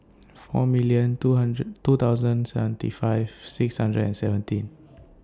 four million two hundred two thousand seventy five six hundred and seventeen